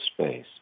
space